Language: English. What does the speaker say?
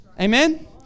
amen